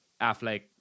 Affleck